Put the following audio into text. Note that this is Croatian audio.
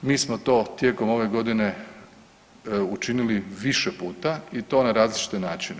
Mi smo to tijekom ove godine učinili više puta i to na različite načine.